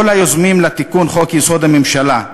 כל היוזמים של תיקון חוק-יסוד: הממשלה,